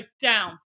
down